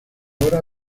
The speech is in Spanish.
hora